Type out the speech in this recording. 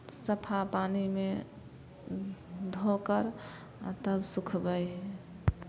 सफा पानिमे धो कर आ तब सुखबै हियै